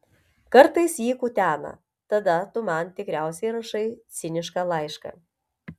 kartais jį kutena tada tu man tikriausiai rašai cinišką laišką